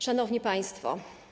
Szanowni Państwo!